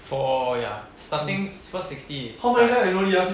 four ya starting first sixty start